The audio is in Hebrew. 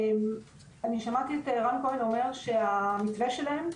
אני שמעתי את רן כהן אומר שהמתווה שלהם,